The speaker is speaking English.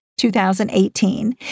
2018